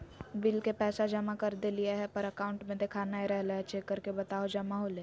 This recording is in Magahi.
बिल के पैसा जमा कर देलियाय है पर अकाउंट में देखा नय रहले है, चेक करके बताहो जमा होले है?